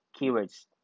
keywords